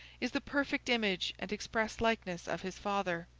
is the perfect image and express likeness of his father